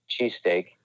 cheesesteak